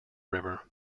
river